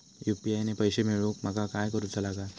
UPI ने पैशे मिळवूक माका काय करूचा लागात?